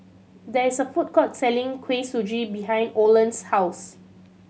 there is a food court selling Kuih Suji behind Olen's house